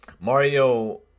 Mario